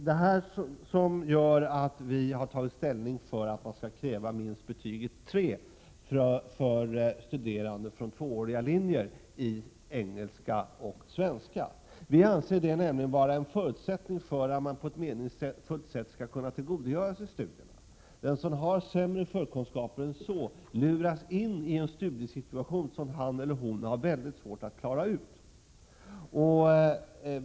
Det är detta som gör att vi har tagit Prot. 1987/88:130 ställning för att man för studerande från tvååriga linjer skall kräva minst 31 maj 1988 betyget 3 i engelska och svenska. Vi anser nämligen detta vara en förutsättning för att de på ett meningsfullt sätt skall kunna tillgodogöra sig studierna. Den som har sämre förkunskaper än så, luras in i en studiesituation som han eller hon har mycket svårt att klara av.